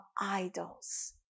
idols